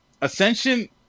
Ascension